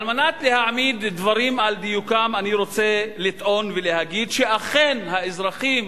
על מנת להעמיד דברים על דיוקם אני רוצה לטעון ולהגיד שאכן האזרחים